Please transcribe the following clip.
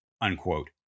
unquote